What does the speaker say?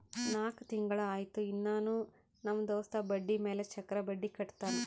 ನಾಕ್ ತಿಂಗುಳ ಆಯ್ತು ಇನ್ನಾನೂ ನಮ್ ದೋಸ್ತ ಬಡ್ಡಿ ಮ್ಯಾಲ ಚಕ್ರ ಬಡ್ಡಿ ಕಟ್ಟತಾನ್